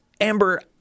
Amber